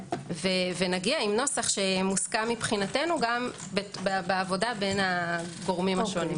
ונגיע עם נוסח שיהיה מוסכם מבחינתנו גם בעבודה בין הגורמים השונים.